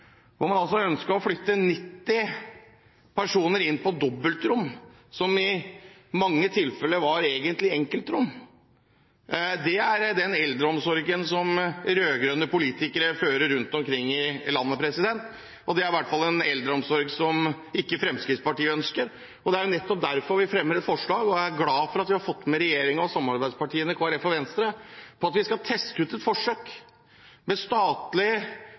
å flytte 90 personer inn på dobbeltrom som i mange tilfeller egentlig var enkeltrom. Det er den eldreomsorgen rød-grønne politikere fører rundt omkring i landet, og det er i hvert fall en eldreomsorg som ikke Fremskrittspartiet ønsker. Det er nettopp derfor vi fremmer et forslag, og jeg er glad for at vi har fått med regjeringen og samarbeidspartiene Kristelig Folkeparti og Venstre på at vi skal teste ut et forsøk med statlig